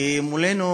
מולנו